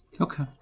Okay